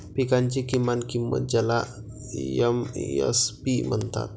पिकांची किमान किंमत ज्याला एम.एस.पी म्हणतात